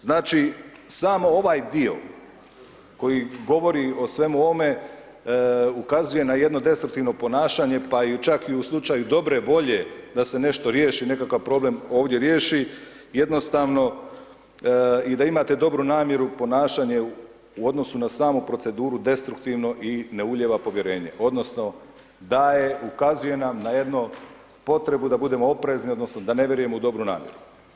Znači, samo ovaj dio koji govori o svemu ovome ukazuje na jedno destruktivno ponašanje pa čak i u slučaju dobre volje da se nešto riješi, nekakav problem ovdje riješi jednostavno i da imate dobru namjeru, ponašanje u odnosu na samu proceduru destruktivno i ne ulijeva povjerenje odnosno daje ukazuje nam na jednu potrebu da budemo oprezni odnosno da ne vjerujemo u dobru namjeru.